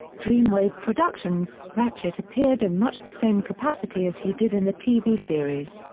dreamwave productions ratchet appeared in much the same capacity as he did in the tv series,